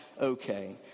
okay